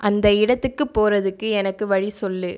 அந்த இடத்துக்கு போகிறதுக்கு எனக்கு வழி சொல்